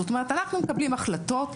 זאת אומרת אנחנו מקבלים החלטות,